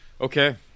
Okay